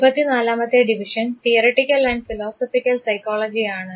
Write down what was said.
ഇരുപത്തിനാലാമത്തെ division theoretical and philosophical psychology ആണ്